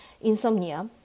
insomnia